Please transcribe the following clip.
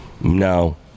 no